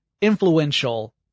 influential